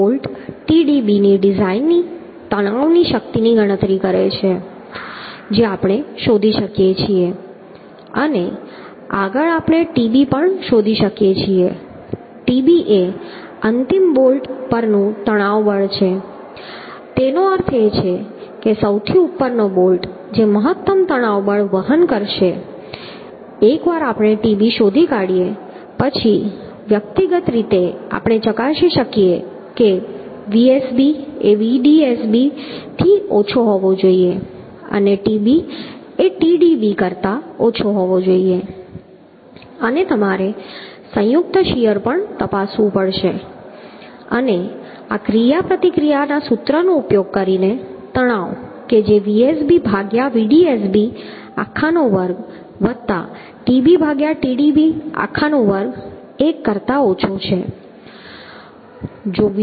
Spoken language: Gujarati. જે બોલ્ટ Tdb ની ડિઝાઈનની તણાવ શક્તિની ગણતરી છે જે આપણે શોધી શકીએ છીએ અને આગળ આપણે Tb પણ શોધી શકીએ છીએ Tb એ અંતિમ બોલ્ટ પરનું તણાવ બળ છે તેનો અર્થ એ છે કે સૌથી ઉપરનો બોલ્ટ જે મહત્તમ તણાવ બળ વહન કરશે એકવાર આપણે Tb શોધી કાઢીએ પછી વ્યક્તિગત રીતે આપણે ચકાસી શકીએ કે Vsb એ Vdsb ઓછો હોવો જોઈએ અને Tb એ Tdb કરતા ઓછો હોવો જોઈએ અને તમારે સંયુક્ત શીયર પણ તપાસવું પડશે અને આ ક્રિયાપ્રતિક્રિયા સૂત્રનો ઉપયોગ કરીને તણાવ કે જે આ Vsb ભાગ્યા Vdsb આખા નો વર્ગ વત્તા Tb ભાગ્યા Tdb આખા નો વર્ગ 1 કરતા ઓછો છે